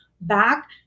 back